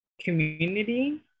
community